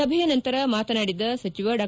ಸಭೆಯ ನಂತರ ಮಾತನಾಡಿದ ಸಚಿವ ಡಾ